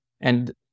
And-